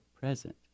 present